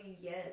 yes